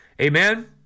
Amen